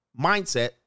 mindset